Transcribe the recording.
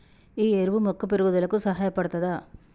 ఈ ఎరువు మొక్క పెరుగుదలకు సహాయపడుతదా?